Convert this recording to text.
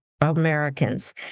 Americans